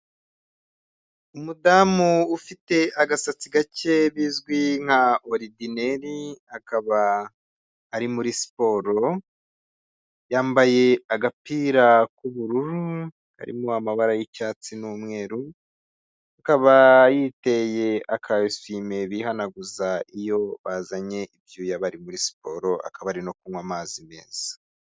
Umudamu ufite agasatsi gake bizwi nka oridineri, akaba ari muri siporo, yambaye agapira k'ubururu karimo amabara y'icyatsi n'umweru, akaba yiteye aka esuwime bihanaguza iyo bazanye ibyuya bari muri siporo, akaba ari no kunywa amazi meza.